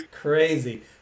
crazy